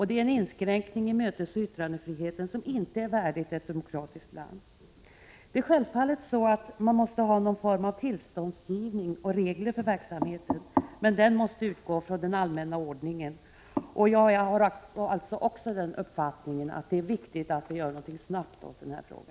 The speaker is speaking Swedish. Det är en inskränkning i mötesoch yttrandefriheten som inte är värdig ett demokratiskt land. Det är självfallet så att man måste ha någon form av tillståndsgivning och regler för verksamheten, men den måste utgå från den allmänna ordningen. Även jag har alltså uppfattningen att det är viktigt att man snabbt gör något åt denna fråga.